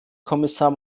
kommissar